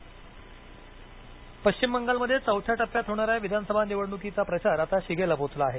पश्चिम बंगाल प्रचार पश्चिम बंगालमध्ये चौथ्या टप्प्यात होणाऱ्या विधानसभा निवडणुकीचा प्रचार आता शिगेला पोहोचला आहे